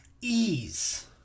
ease